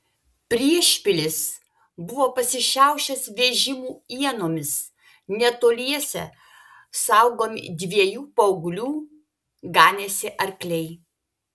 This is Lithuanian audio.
priešpilis buvo pasišiaušęs vežimų ienomis netoliese saugomi dviejų paauglių ganėsi arkliai